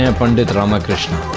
and pandit ramakrishna